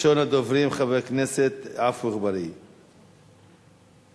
הצעות לסדר-היום מס' 8144,